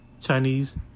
Chinese